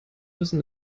müssen